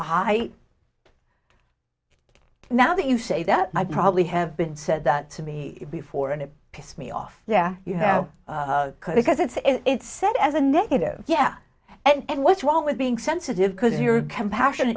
high now that you say that i probably have been said that to me before and it pissed me off yeah you have because it's it's said as a negative yeah and what's wrong with being sensitive because you're compassion